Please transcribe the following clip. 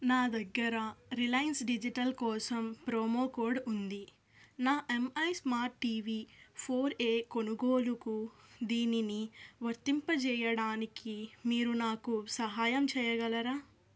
నా దగ్గర రిలయన్స్ డిజిటల్ కోసం ప్రోమో కోడ్ ఉంది నా Mi smart T V four A కొనుగోలుకు దీనిని వర్తింపజెయ్యడానికి మీరు నాకు సహాయం చేయగలరా